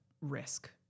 risk